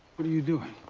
what are you doing?